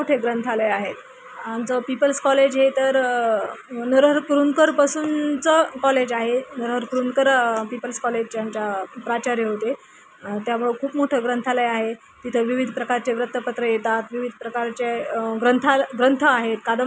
त्याचा वा न्यूज खूप थोडी असते न्यूजमधलं सातत्य खूप कमी असतं पण त्याला आवाजही त्याचं वर्णन जास्त असतं ते असं नाही झालं तसं नाही झालं ह्याला असं झालं गोष्ट छोटीच असती पण त्याचा उहापोहा जास्त होतो हे जे आहे न्यूज इंडस्ट्रीजमध्ये